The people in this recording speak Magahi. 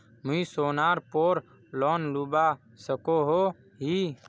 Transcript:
मुई सोनार पोर लोन लुबा सकोहो ही?